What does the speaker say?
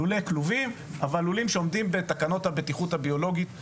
לולים שעומדים בתקנות הבטיחות הביולוגית ובהיתר.